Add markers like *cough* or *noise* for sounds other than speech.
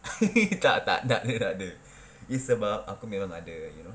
*laughs* tak tak tak ada tak ada it's about aku memang ada you know